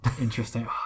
Interesting